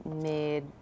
made